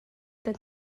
kan